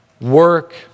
work